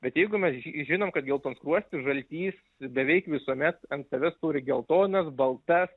bet jeigu mes ži žinom kad geltonskruostis žaltys beveik visuomet ant savęs turi geltonas baltas